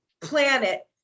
planet